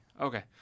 okay